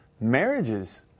Marriages